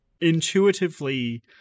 intuitively